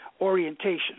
orientation